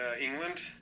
england